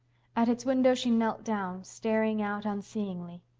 at its window she knelt down, staring out unseeingly.